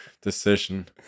decision